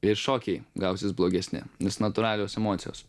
ir šokiai gausis blogesni nes natūralios emocijos